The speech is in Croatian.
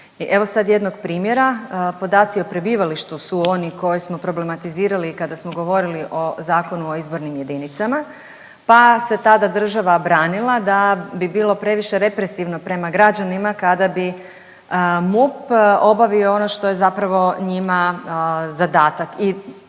I evo sad jednog primjera podaci o prebivalištu su oni koje smo problematizirali kada smo govorili o Zakonu o izbornim jedinicama pa se tada država branila da bi bilo previše represivno prema gađanima kada bi MUP obavio ono što je zapravo njima zadatak